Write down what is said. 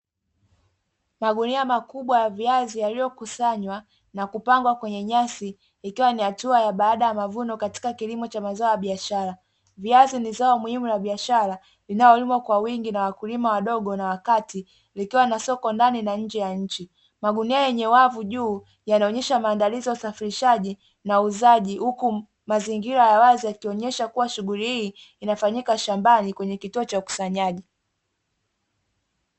Magunia makubwa ya viazi yaliyokusanywa na kupangwa kwenye nyasi, ikiwa ni hatua ya baada ya mavuno katika kilimo cha mazao ya biashara. Viazi ni zao muhimu la biashara, linalolimwa kwa wingi na wakulima wadogo na wakati likiwa na soko ndani na nje ya nchi. Magunia yenye wavu juu yanaonyesha maandalizi ya usafirishaji na uuzaji, huku mazingira ya wazi yakionyesha kuwa shughuli hii inafanyika shambani kwenye kituo cha ukusanyaji.